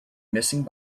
missing